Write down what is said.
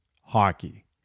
hockey